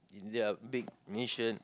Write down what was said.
in their big nation